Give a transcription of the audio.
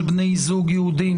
של בני זוג יהודיים,